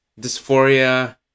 dysphoria